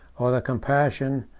or the compassion,